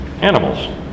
animals